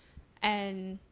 and